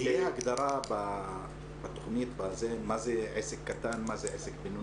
תהיה הגדרה מה זה עסק קטן, מה זה עסק בינוני.